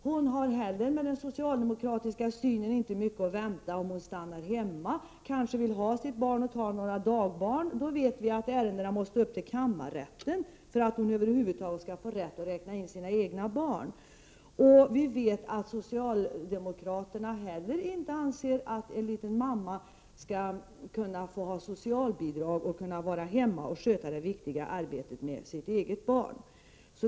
Hon har med tanke på den socialdemokratiska synen inte heller mycket att vänta sig, om hon vill stanna hemma. Hon vill 43 kanske ha sitt barn och dessutom ta några dagbarn. Vi vet att ärendet då måste gå ända upp i kammarrätten för att hon över huvud taget skall få rätt att räkna in sina egna barn i barnomsorgen. Socialdemokraterna anser inte heller att en ung mamma skall kunna få socialbidrag för att vara hemma och sköta det viktiga arbetet med sitt eget barn.